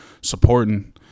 supporting